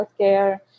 healthcare